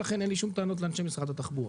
לכן אין לי שום טענות לאנשי משרד התחבורה,